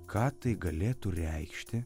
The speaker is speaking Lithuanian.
ką tai galėtų reikšti